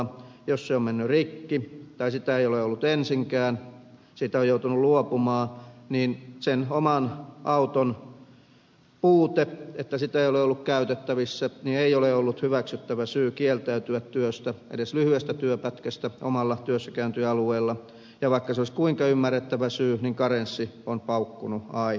jos se on mennyt rikki tai sitä ei ole ollut ensinkään siitä on joutunut luopumaan niin sen oman auton puute että sitä ei ole ollut käytettävissä ei ole ollut hyväksyttävä syy kieltäytyä työstä edes lyhyestä työpätkästä omalla työssäkäyntialueella ja vaikka se olisi kuinka ymmärrettävä syy niin karenssi on paukkunut aina